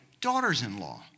daughters-in-law